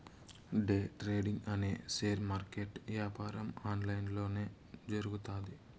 day trading అనే share market యాపారం online లొనే జరుగుతాది